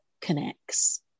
connects